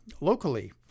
locally